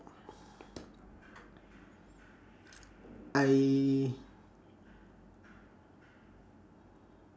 I